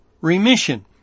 remission